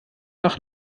nach